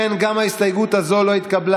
לסיים.